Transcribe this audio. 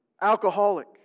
alcoholic